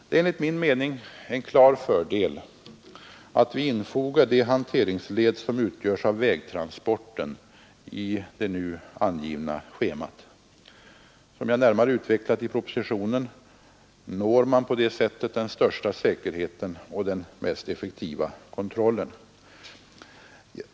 Det är enligt min mening en klar fördel att vi infogar det hanteringsled som utgörs av vägtransporten i det nu angivna schemat. Som jag närmare utvecklat i propositionen når man på det sättet den största säkerheten och den mest effektiva kontrollen.